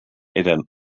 eren